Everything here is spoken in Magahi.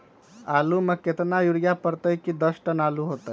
आलु म केतना यूरिया परतई की दस टन आलु होतई?